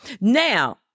now